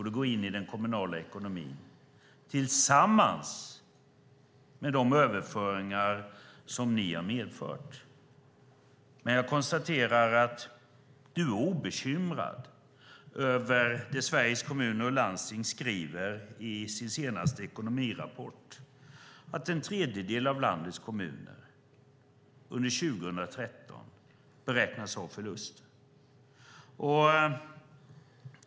Det går in i den kommunala ekonomin tillsammans med de överföringar ni har medfört. Jag konstaterar att du är obekymrad över vad Sveriges Kommuner och Landsting skriver i sin senaste ekonomirapport, nämligen att en tredjedel av landets kommuner beräknas ha förlust under 2013.